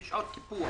זה שעות טיפוח.